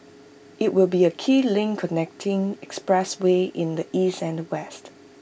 IT will be A key link connecting expressways in the east and the west